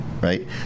right